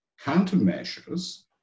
countermeasures